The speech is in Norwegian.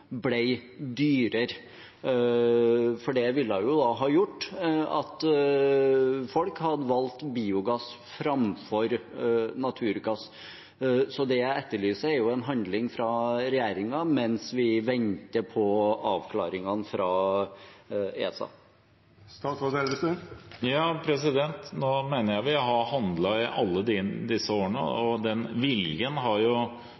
Det ville ha gjort at folk hadde valgt biogass framfor naturgass. Det jeg etterlyser, er handling fra regjeringen mens vi venter på avklaringene fra ESA. Jeg mener vi har handlet i alle disse årene, og viljen til å handle har